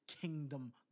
kingdom